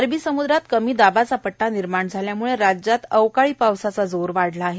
अरबी समुद्रात कमी दाबाचा पट्टा निर्माण झाल्यामुळे राज्यात अवकाळी पावसाचा जोर वाढला आहे